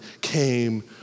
came